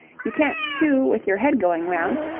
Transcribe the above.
you can't chew with your head going round.